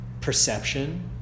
perception